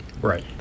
Right